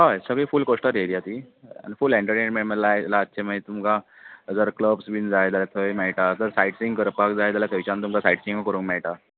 हय सगळी full coastal area ती फूल एंटरटेंटमेंट लायक जर क्लब्स बी जाय जाल्यार थंय मेळटा जर सायट सियींग करपाक जाय जाल्यार थंयच्यान तुमका साइट सियींग करूंक मेळटा